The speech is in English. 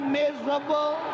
miserable